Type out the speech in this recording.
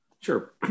Sure